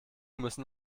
müssen